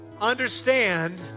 understand